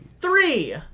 Three